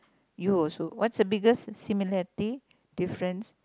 you also what's a biggest similarity difference